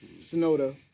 Sonoda